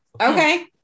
Okay